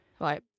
Right